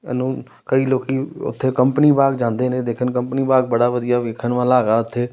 ਅ ਨੂੰ ਕਈ ਲੋਕ ਉੱਥੇ ਕੰਪਨੀ ਬਾਗ ਜਾਂਦੇ ਨੇ ਦੇਖਣ ਕੰਪਨੀ ਬਾਗ ਬੜਾ ਵਧੀਆ ਦੇਖਣ ਵਾਲਾ ਹੈਗਾ ਉੱਥੇ